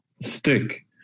stick